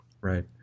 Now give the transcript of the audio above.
Right